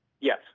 Yes